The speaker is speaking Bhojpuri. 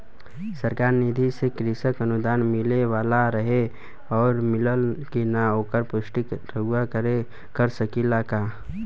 सरकार निधि से कृषक अनुदान मिले वाला रहे और मिलल कि ना ओकर पुष्टि रउवा कर सकी ला का?